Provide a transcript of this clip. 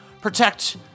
protect